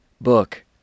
book